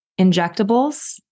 injectables